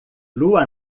lua